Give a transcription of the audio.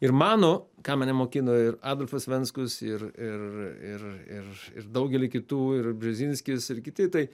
ir mano ką mane mokino ir adolfas venskus ir ir ir ir ir daugelį kitų ir brezinskis ir kiti tai